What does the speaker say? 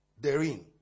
therein